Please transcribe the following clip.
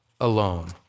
alone